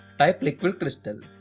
type liquid crystal,